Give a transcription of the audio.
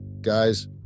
Guys